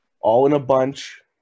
all-in-a-bunch